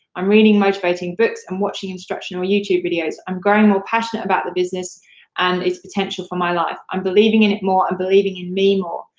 i'm reading motivating books, and watching instructional youtube videos. i'm growing more passionate about the business and its potential for my life. i'm believing in it more. i'm believing in me more.